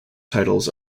titles